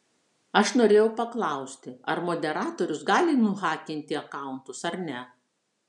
aš norėjau paklausti ar moderatorius gali nuhakinti akauntus ar ne